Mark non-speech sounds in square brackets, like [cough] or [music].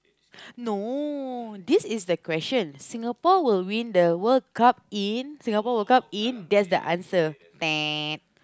no this is the question Singapore will win the World-Cup in Singapore-World-Cup in that's the answer [noise]